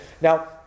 Now